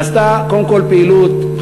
נעשתה קודם כול פעילות,